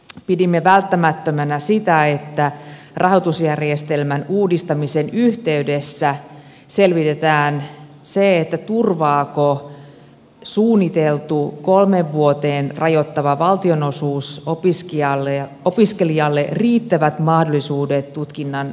pidimme välttämättömänä sitä että rahoitusjärjestelmän uudistamisen yhteydessä selvitetään turvaako suunniteltu kolmeen vuoteen rajoittuva valtionosuus opiskelijalle riittävät mahdollisuudet tutkinnon suorittamiseksi